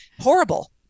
horrible